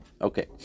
Okay